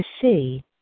see